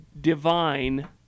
divine